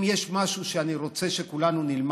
אם יש משהו שאני רוצה שכולנו נלמד,